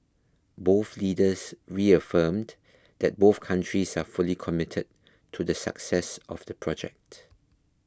both leaders reaffirmed that both countries are fully committed to the success of the project